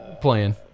Playing